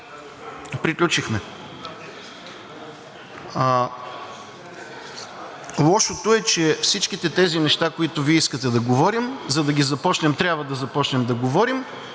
Приключихме. Лошото е, че всичките тези неща, които Вие искате да говорим, за да ги започнем, трябва да започнем да ги говорим,